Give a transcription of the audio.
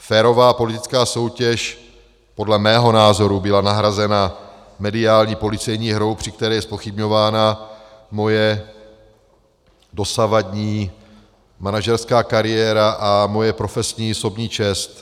Férová politická soutěž podle mého názoru byla nahrazena mediální policejní hrou, při které je zpochybňována moje dosavadní manažerská kariéra a moje profesní i osobní čest.